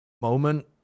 moment